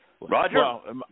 Roger